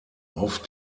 auf